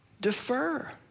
defer